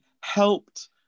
helped